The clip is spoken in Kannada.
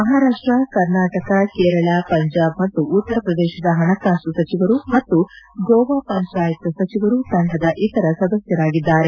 ಮಹಾರಾಷ್ಸ ಕರ್ನಾಟಕ ಕೇರಳ ಪಂಜಾಬ್ ಮತ್ತು ಉತ್ತರಪ್ರದೇಶದ ಪಣಕಾಸು ಸಚಿವರು ಮತ್ತು ಗೋವಾ ಪಂಜಾಯತ್ ಸಚಿವರು ತಂಡದ ಇತರ ಸದಸ್ಟರಾಗಿದ್ದಾರೆ